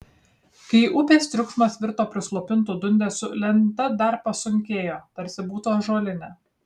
kai upės triukšmas virto prislopintu dundesiu lenta dar pasunkėjo tarsi būtų ąžuolinė